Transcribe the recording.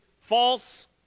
false